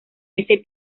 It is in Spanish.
ese